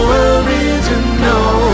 original